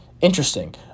Interesting